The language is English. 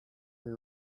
her